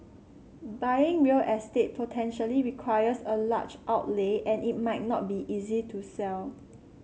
buying real estate potentially requires a large outlay and it might not be easy to sell